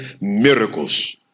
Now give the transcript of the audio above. miracles